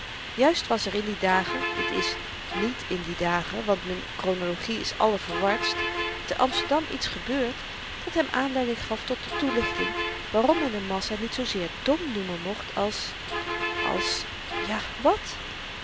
juist was er in die dagen d i niet in die dagen want m'n kronologie is allerverwardst te amsterdam iets gebeurd dat hem aanleiding gaf tot de toelichting waarom men de massa niet zoozeer dom noemen mocht als als ja wat